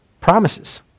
promises